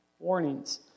Warnings